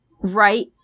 Right